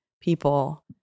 people